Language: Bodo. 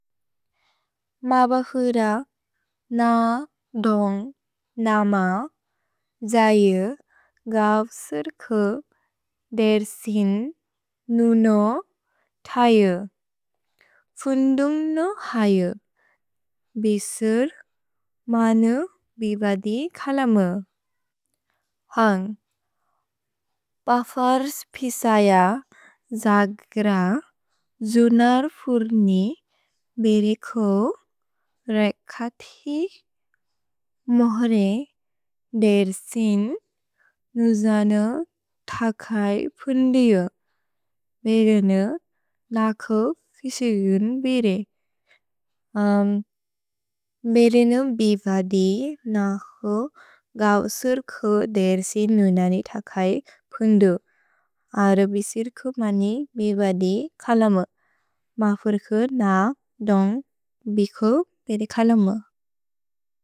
मबहुर, न दोन्ग् नम, जये गव् सिर्खे, देर्सिन् नुनो थये, फुन्दुम्नो हये, बिसुर् मनु बिबदि खलमे। अन्ग्, पफर् स्पिसय, जग्र, जुनर् फुर्नि, बेरिको, रेकथि, मोह्रे, देर्सिन्, नुजन, थकये, फुन्दियो। भेरेनु, नकु फिसियुन् बिरे। अन्ग्, बेरेनु बिबदि नकु गव् सिर्खे, देर्सिन् नुननि थकये, फुन्दु, अर बिसिर्खे मनि बिबदि खलमे। मफुर्के, न दोन्ग् बिकु बिदे खलमे।